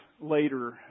later